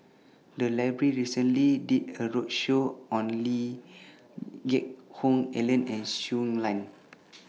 The Library recently did A roadshow on Lee Geck Hoon Ellen and Shui Lan